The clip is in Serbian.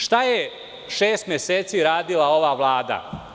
Šta je šest meseci radila ova vlada?